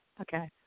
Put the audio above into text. Okay